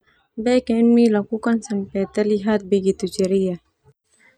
Bek yang emi lakukan sampai terlihat begitu ceria.